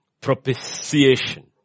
propitiation